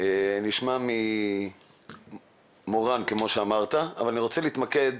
נשמע ממורן, כמו שאמרת, אבל אני רוצה להתמקד